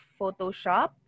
Photoshop